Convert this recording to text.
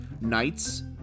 Knights